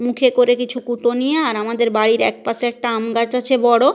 মুখে করে কিছু কুটো নিয়ে আর আমাদের বাড়ির একপাশে একটা আম গাছ আছে বড়